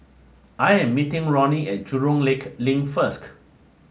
I am meeting Ronnie at Jurong Lake Link first